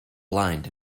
blind